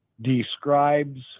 describes